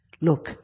look